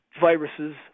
viruses